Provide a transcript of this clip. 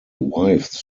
wives